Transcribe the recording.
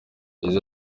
yagize